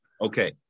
okay